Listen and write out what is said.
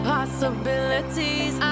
Possibilities